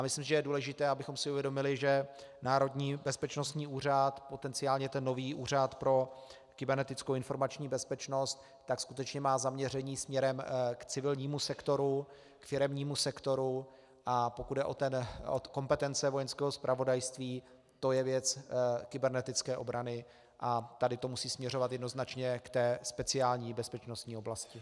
Myslím, že je důležité, abychom si uvědomili, že Národní bezpečnostní úřad, potenciálně ten nový Úřad pro kybernetickou informační bezpečnost, skutečně má zaměření směrem k civilnímu sektoru, firemnímu sektoru, a pokud jde o kompetence Vojenského zpravodajství, to je věc kybernetické obrany, a tady to musí směřovat jednoznačně k té speciální bezpečnostní oblasti.